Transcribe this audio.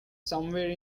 somewhere